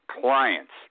clients